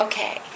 Okay